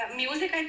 music